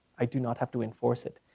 i do not have to enforce it.